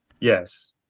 Yes